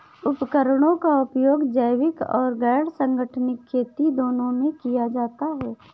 उपकरणों का उपयोग जैविक और गैर संगठनिक खेती दोनों में किया जाता है